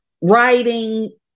writing